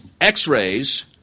X-rays